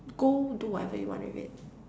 go do whatever you want with it